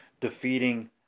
defeating